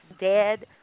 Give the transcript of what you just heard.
dead